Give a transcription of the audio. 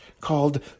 called